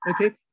Okay